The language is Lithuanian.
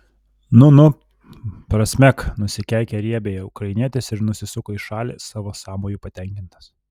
nu nu prasmek nusikeikė riebiai ukrainietis ir nusisuko į šalį savo sąmoju patenkintas